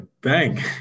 Bang